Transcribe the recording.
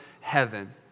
heaven